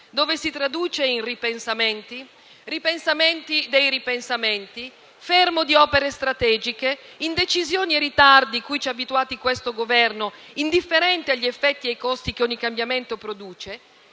(dove si traduce in ripensamenti, ripensamenti dei ripensamenti, fermo di opere strategiche, indecisioni e ritardi, cui ci ha abituati questo Governo, indifferente agli effetti e ai costi che ogni cambiamento produce),